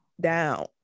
down